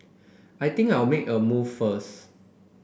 I think I'll make a move first